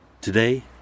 Today